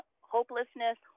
hopelessness